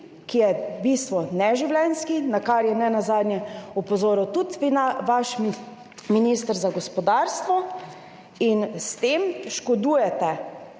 ki je v bistvu neživljenjski, na kar je nenazadnje opozoril tudi vaš minister za gospodarstvo. In s tem škodujete